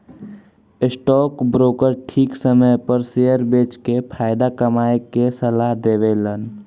stock broker ठीक समय पर शेयर बेच के फायदा कमाये के सलाह देवेलन